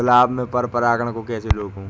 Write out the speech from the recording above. गुलाब में पर परागन को कैसे रोकुं?